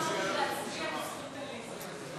ההסתייגות (20) של קבוצת סיעת הרשימה המשותפת לסעיף 6 לא נתקבלה.